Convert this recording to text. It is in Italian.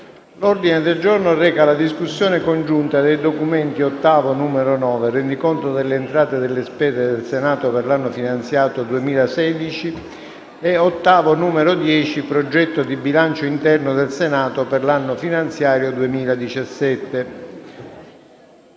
L'ordine del giorno reca la discussione congiunta dei documenti VIII, nn. 9 (Rendiconto delle entrate e delle spese del Senato per l'anno finanziario 2016) e 10 (Progetto di bilancio interno del Senato per l'anno finanziario 2017).